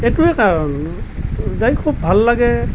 এইটোৱেই কাৰণ যাই খুব ভাল লাগে